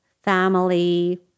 family